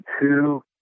two